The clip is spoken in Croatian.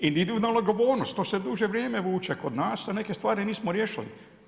Individualna odgovornost to se duže vrijeme vuče kod nas, a neke stvari nismo riješili.